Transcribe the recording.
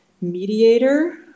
Mediator